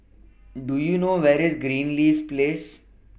Do YOU know Where IS Greenleaf Place